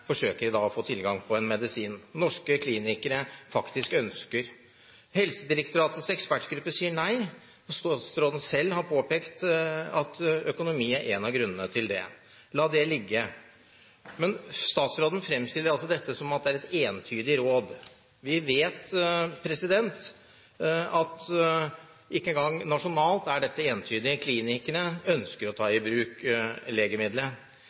forsøker de å få tilgang til en medisin som norske klinikere faktisk ønsker. Helsedirektoratets ekspertgruppe sier nei, og statsråden selv har påpekt at økonomi er en av grunnene til det – la det ligge. Men statsråden fremstiller altså dette som et entydig råd. Vi vet at ikke engang nasjonalt er dette entydig. Klinikerne ønsker å ta